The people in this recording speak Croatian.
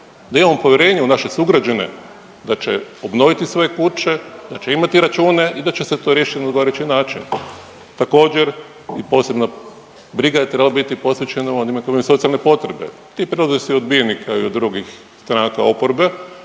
da imamo povjerenja u naše sugrađane da će obnoviti svoje kuće, da će imati račune i da će se to riješiti na odgovarajući način. Također i posebna briga je trebala biti posvećena onima koji imaju socijalne potrebe. Ti prijedlozi su i odbijeni kao i od drugih stranaka oporbe,